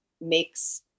makes